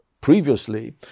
previously